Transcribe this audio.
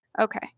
Okay